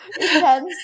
intense